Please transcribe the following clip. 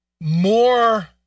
more